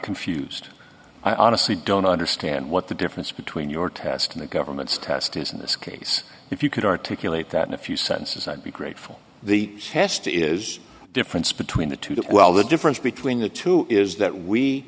confused i honestly don't understand what the difference between your task and the government's test is in this case if you could articulate that in a few sentences i'd be grateful the test is difference between the two that well the difference between the two is that we